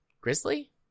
Grizzly